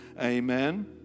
Amen